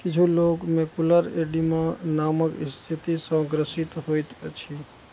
किछु लोक macular oedema नामक स्थितिसँ ग्रसित होइत अछि